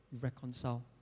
reconcile